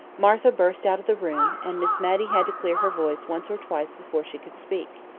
martha burst out of the room, and miss matty had to clear her voice once or twice before she could speak.